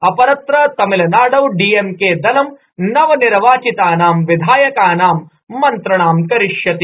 अपरत्र तमिलनाडौ डीएमकेदलं नवनिर्वाचितानां विधायकानां मन्त्रणां करिष्यति